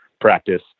practice